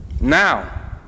Now